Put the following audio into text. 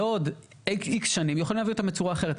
בעוד X שנים יכולים להבין אותם בצורה אחרת.